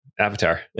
Avatar